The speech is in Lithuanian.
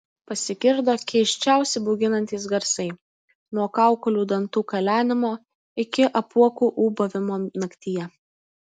pasigirdo keisčiausi bauginantys garsai nuo kaukolių dantų kalenimo iki apuokų ūbavimo naktyje